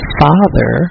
father